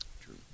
True